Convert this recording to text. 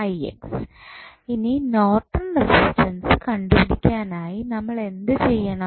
ഇനി Norton resistance കണ്ടുപിടിക്കാനായി നമ്മൾ എന്തു ചെയ്യണം